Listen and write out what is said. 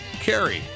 Carrie